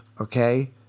okay